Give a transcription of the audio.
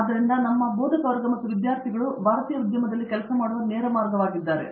ಆದ್ದರಿಂದ ನಮ್ಮ ಬೋಧಕವರ್ಗ ಮತ್ತು ವಿದ್ಯಾರ್ಥಿಗಳು ಭಾರತೀಯ ಉದ್ಯಮದಲ್ಲಿ ಕೆಲಸ ಮಾಡುವ ನೇರ ಮಾರ್ಗವಾಗಿದೆ